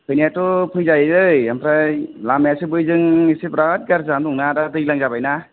फैनायाथ' फैजायो लै आमफ्राय लामायासो बैजों एसे बिरात गाज्रि जानानै दं आर दा दैलां जाबाय ना